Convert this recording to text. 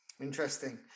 Interesting